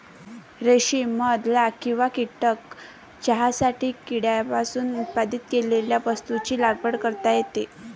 रेशीम मध लाख किंवा कीटक चहासाठी कीटकांपासून उत्पादित केलेल्या वस्तूंची लागवड करता येते